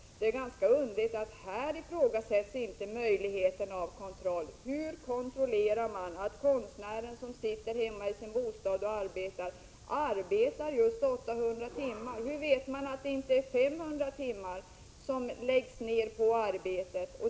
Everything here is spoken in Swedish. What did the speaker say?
Det är ganska underligt att möjlighet till kontroll inte ifrågasätts här. Hur kontrollerar man att en konstnär som sitter hemma i sin bostad och arbetar verkligen arbetar just 800 timmar? Hur vet man att det inte är 500 timmar som läggs ned på arbetet?